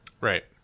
Right